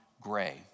Gray